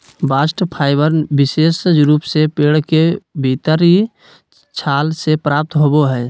bast fibre विशेष रूप से पेड़ के भीतरी छाल से प्राप्त होवो हय